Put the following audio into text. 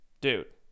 Dude